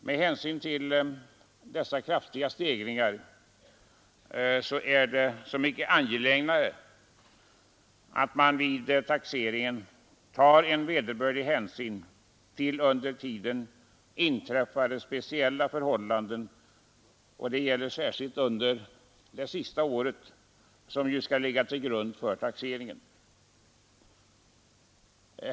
Med hänsyn till dessa kraftiga stegringar är det så mycket angelägnare att man vid taxeringen tar vederbörlig hänsyn till under den tiden rådande speciella förhållanden, särskilt då under det senaste året som ju skall ligga till grund för taxeringen.